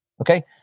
Okay